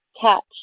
catch